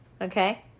Okay